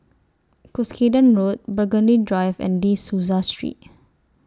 Cuscaden Road Burgundy Drive and De Souza Street